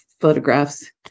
photographs